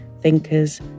thinkers